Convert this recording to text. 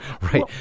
Right